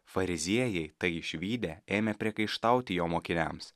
fariziejai tai išvydę ėmė priekaištauti jo mokiniams